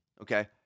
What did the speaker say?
okay